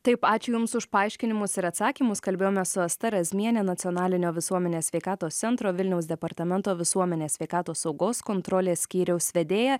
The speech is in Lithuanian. taip ačiū jums už paaiškinimus ir atsakymus kalbėjome su asta razmiene nacionalinio visuomenės sveikatos centro vilniaus departamento visuomenės sveikatos saugos kontrolės skyriaus vedėja